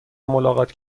ملاقات